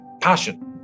Passion